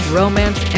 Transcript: romance